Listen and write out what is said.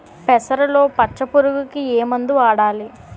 పెసరలో పచ్చ పురుగుకి ఏ మందు వాడాలి?